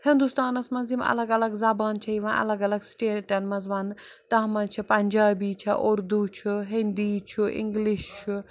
ہِندوستانَس منٛز یِم الگ الگ زَبان چھےٚ یِوان الگ الگ سٹیٚٹَن مَنٛز وَنٛنہٕ تَتھ منٛز چھِ پَنجابی چھےٚ اُردو چھُ ہِندی چھُ اِنٛگلِش چھُ